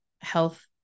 health